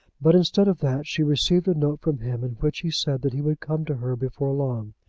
but instead of that she received a note from him in which he said that he would come to her before long.